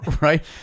Right